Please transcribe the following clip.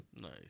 Nice